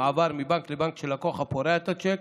מעבר מבנק לבנק של לקוח הפורע את הצ'ק,